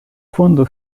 фонду